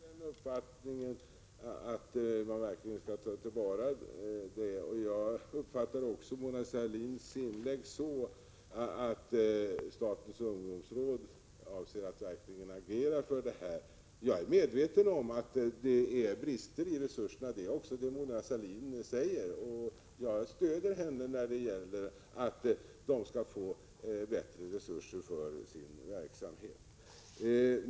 Herr talman! Jag delar uppfattningen att man verkligen skall ta till vara denna kunskap och erfarenhet. Jag uppfattar också Mona Sahlins inlägg som att statens ungdomsråd avser att verkligen agera för detta. Jag är medveten om att det finns brister i resurserna. Det säger också Mona Sahlin. Jag stöder hennes strävan att få bättre resurser för sin verksamhet.